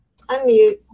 Unmute